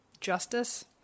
justice